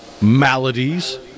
maladies